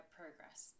progress